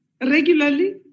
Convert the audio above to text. regularly